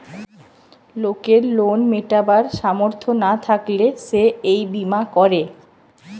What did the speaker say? লোকের লোন মিটাবার সামর্থ না থাকলে সে এই বীমা করে